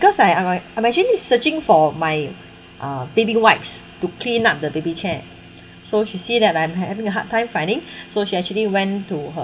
because I uh I I'm actually searching for my uh baby wipes to clean up the baby chair so she see that I'm having a hard time finding so she actually went to her